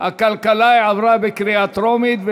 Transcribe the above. עברה בקריאה טרומית,